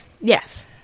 Yes